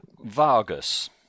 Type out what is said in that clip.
Vargas